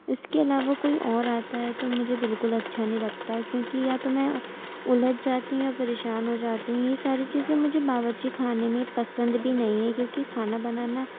اس کے علاوہ کوئی اور آتا ہے تو مجھے بالکل اچھا نہیں لگتا ہے کیونکہ یا تو میں الجھ جاتی ہوں یا پریشان ہو جاتی ہوں یہ ساری چیزیں مجھے باورچی خانے میں پسند بھی نہیں ہے کیونکہ کھانا بنانا